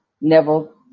Neville